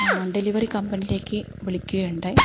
delivery കമ്പനിയിലേക്ക് വിളിക്കുകയുണ്ടായി